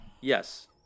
Yes